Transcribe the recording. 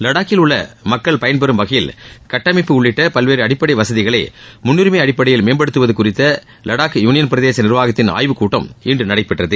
லடாக்கில் உள்ள மக்கள் பயன்பெறும் வகையில் கட்டமைப்பு உள்ளிட்ட பல்வேறு அடிப்படை வசதிகளை முன்னுரிமை அடிப்படையில் மேம்படுத்துவது குறித்த வடாக் யூளியள் பிரதேச நிர்வாகத்தின் ஆய்வுக் கூட்டம் இன்று நடைபெற்றது